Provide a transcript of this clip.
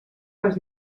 les